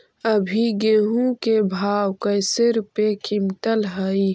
अभी गेहूं के भाव कैसे रूपये क्विंटल हई?